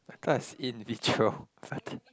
I thought is in vitro but